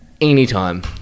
anytime